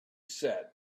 said